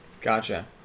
Gotcha